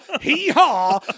hee-haw